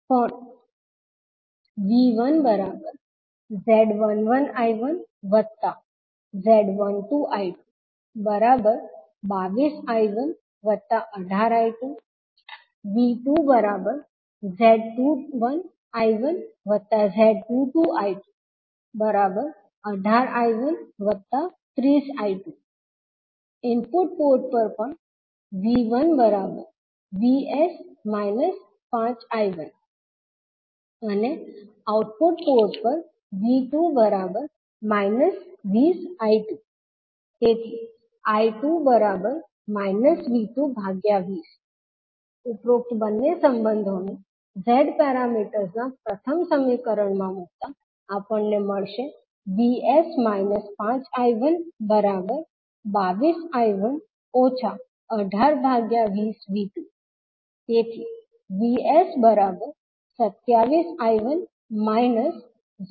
પણ V1Z11I1Z12I222I118I2 V2Z21I1Z22I218I130I2 input port પર પણ V1Vs 5I1 અને આઉટપુટ પોર્ટ પર V2 20I2I2 V220 ઉપરોક્ત બંને સંબંધોને z પેરામીટર્સ ના પ્રથમ સમીકરણમાં મુકતા આપણને મળશે Vs 5I122I1 1820V2Vs27I1 0